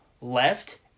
left